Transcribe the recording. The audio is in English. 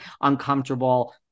uncomfortable